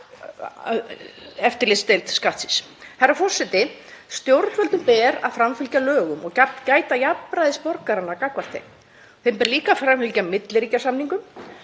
eftirlitsdeild Skattsins. Herra forseti. Stjórnvöldum ber að framfylgja lögum og gæta jafnræðis borgaranna gagnvart þeim. Þeim ber líka að framfylgja milliríkjasamningum.